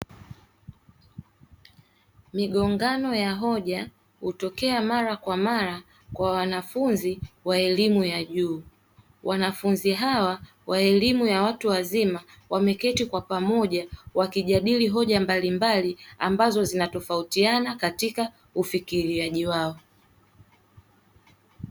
Migongano ya hoja hutokea mara kwa mara kwa wanafunzi wa elimu ya juu. Wanafunzi hawa wa elimu ya watu wazima wameketi kwa pamoja wakijadili hoja mbalimbali ambazo zinatofautiana katika ufikiriaji wao.